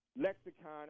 lexicon